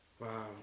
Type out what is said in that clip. Wow